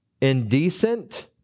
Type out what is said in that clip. indecent